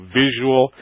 visual